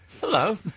Hello